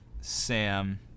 Sam